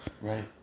Right